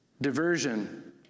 diversion